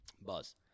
Buzz